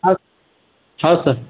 ಹಾಂ ಹೌದು ಸರ್